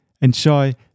enjoy